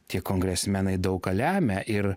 tie kongresmenai daug ką lemia ir